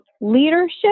leadership